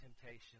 temptation